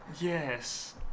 Yes